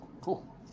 Cool